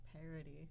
parody